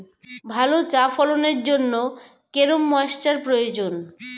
ভালো চা ফলনের জন্য কেরম ময়স্চার প্রয়োজন?